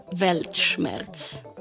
Weltschmerz